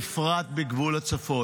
בפרט בגבול הצפון.